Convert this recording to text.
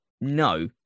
no